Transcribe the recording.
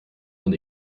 von